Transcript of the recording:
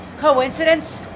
Coincidence